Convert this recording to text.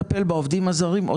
הכספים.